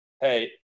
hey –